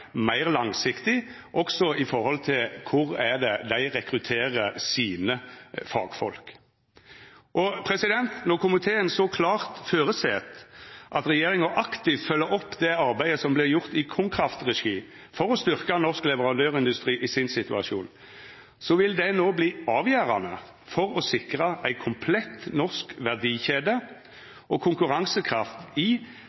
meir langsiktig, òg med tanke på kor dei rekrutterer sine fagfolk. Når komiteen så klart føreset at regjeringa aktivt følgjer opp det arbeidet som vert gjort i KonKraft-regi for å styrkja norsk leverandørindustri i deira situasjon, vil det nå verta avgjerande for å sikra ei komplett norsk